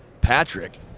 Patrick